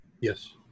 Yes